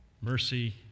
Mercy